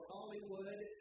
Hollywood